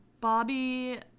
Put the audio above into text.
Bobby